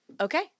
Okay